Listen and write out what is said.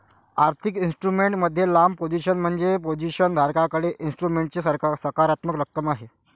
आर्थिक इन्स्ट्रुमेंट मध्ये लांब पोझिशन म्हणजे पोझिशन धारकाकडे इन्स्ट्रुमेंटची सकारात्मक रक्कम आहे